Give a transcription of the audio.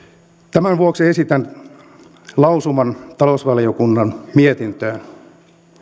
tämän vuoksi esitän lausuman talousvaliokunnan mietintöön